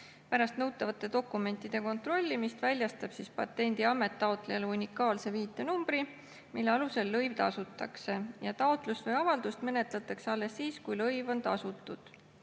Pärast nõutavate dokumentide kontrollimist väljastab Patendiamet taotlejale unikaalse viitenumbri, mille alusel lõiv tasutakse. Taotlust või avaldust menetletakse alles siis, kui lõiv on tasutud.